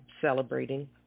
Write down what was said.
celebrating